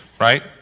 Right